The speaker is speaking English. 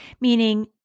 meaning